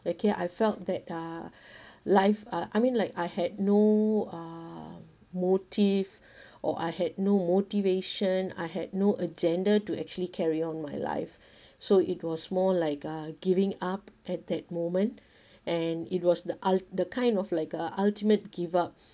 okay I felt that uh life uh I mean like I had no uh motive or I had no motivation I had no agenda to actually carry on my life so it was more like uh giving up at that moment and it was the ul~ the kind of like a ultimate give up